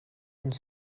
und